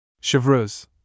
Chevreuse